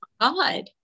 God